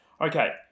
Okay